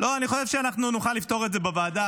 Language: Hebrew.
אני חושב שאנחנו נוכל לפתור את זה בוועדה.